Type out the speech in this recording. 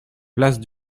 place